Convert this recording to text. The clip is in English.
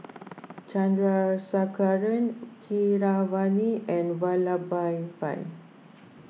Chandrasekaran Keeravani and Vallabhbhai